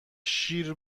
شیر